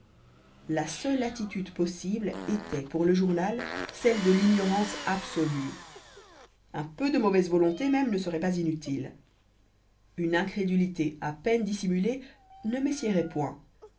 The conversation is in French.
la seule attitude possible était pour le journal celle de l'ignorance absolue un peu de mauvaise volonté même ne serait pas inutile une incrédulité à peine dissimulée ne messiérait point